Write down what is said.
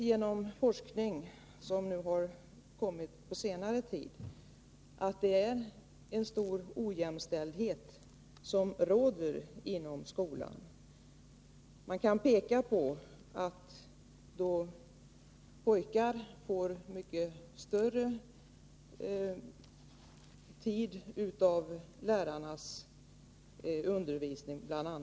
Genom forskningen på senare tid vet vi att det långt ifrån råder jämställdhet inom skolan. Man kan exempelvis peka på att pojkar får mycket mer av lärarnas undervisningstid.